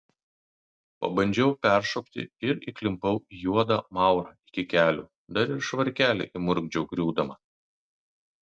pabandžiau peršokti ir įklimpau į juodą maurą iki kelių dar ir švarkelį įmurkdžiau griūdama